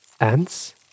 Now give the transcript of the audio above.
Ants